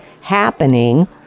happening